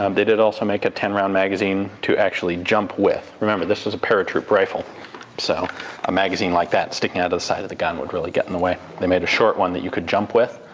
um they did also make a ten round magazine to actually jump with. remember this is a paratroop rifle so a magazine like that sticking out of the side of the gun would really get in the way. they made a short one that you could jump with,